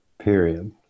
Period